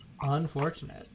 unfortunate